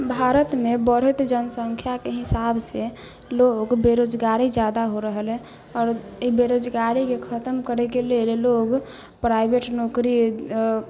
भारत मे बढ़ैत जनसंख्या के हिसाब से लोग बेरोजगारे जादा हो रहल है आओर ई बेरोजगारी के खतम करय के लेल लोग प्राइवट नौकरी